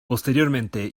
posteriormente